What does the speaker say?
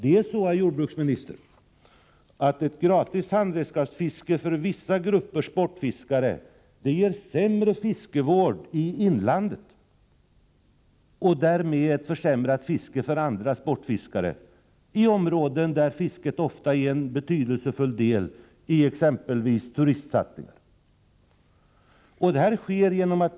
Det är så, herr jordbruksminister, att ett gratis handredskapsfiske för vissa grupper sportfiskare ger sämre fiskevård i inlandet och därmed försämrat fiske för andra sportfiskare i områden där fisket ofta är en betydelsefull del i exempelvis turistsatsningar.